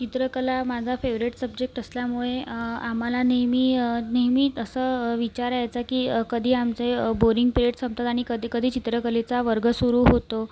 चित्रकला माझा favourite subject असल्यामुळे आम्हाला नेहमी नेहमी असं विचार यायचा की कधी आमचे बोरिंग पिरिअड संपतात आणि कधी कधी चित्रकलेचा वर्ग सुरु होतो